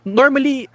normally